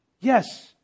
Yes